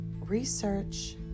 research